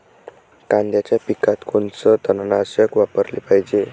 कांद्याच्या पिकात कोनचं तननाशक वापराले पायजे?